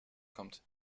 kommt